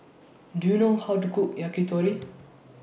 Do YOU know How to Cook Yakitori